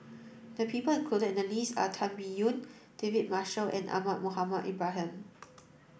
the people included in the list are Tan Biyun David Marshall and Ahmad Mohamed Ibrahim